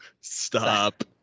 Stop